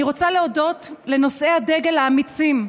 אני רוצה להודות לנושאי הדגל האמיצים,